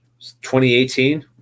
2018